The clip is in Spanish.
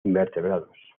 invertebrados